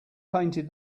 painted